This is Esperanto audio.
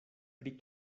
pri